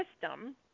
system